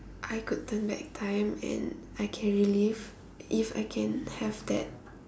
I could turn back time and I can relief if I can have that